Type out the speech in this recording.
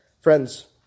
Friends